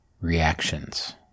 reactions